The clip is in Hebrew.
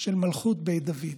של מלכות בית דוד.